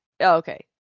Okay